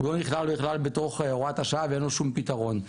הוא לא נכלל בכלל בתוך הוראת השעה ואין לו שום פתרון,